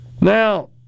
Now